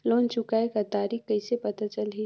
Loan चुकाय कर तारीक कइसे पता चलही?